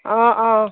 অঁ অঁ